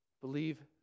Believe